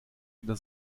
wieder